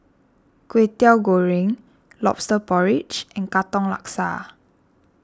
Kwetiau Goreng Lobster Porridge and Katong Laksa